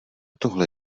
tohle